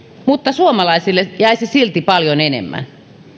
mutta suomalaisille jäisi silti paljon enemmän